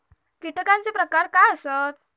कीटकांचे प्रकार काय आसत?